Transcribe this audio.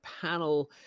panel